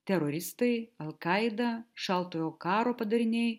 teroristai alkaida šaltojo karo padariniai